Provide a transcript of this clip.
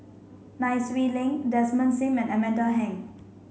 Nai Swee Leng Desmond Sim and Amanda Heng